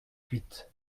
huit